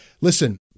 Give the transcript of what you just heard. Listen